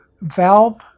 Valve